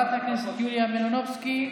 חברת הכנסת יוליה מלינובסקי,